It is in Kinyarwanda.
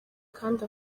kandi